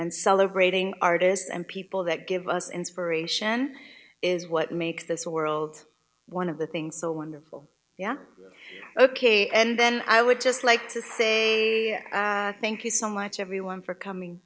and celebrating artists and people that give us inspiration is what makes this world one of the things so wonderful yeah ok and then i would just like to say thank you so much everyone for coming